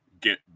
get